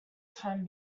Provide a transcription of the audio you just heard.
time